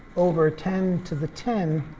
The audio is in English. over ten to the ten